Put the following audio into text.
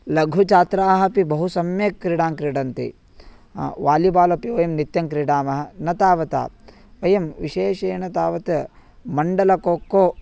लघुचात्राः अपि बहु सम्यक् क्रीडां क्रीडन्ति वालिबाल् अपि वयं नित्यं क्रीडामः न तावता वयं विशेषेण तावत् मण्डलकोक्को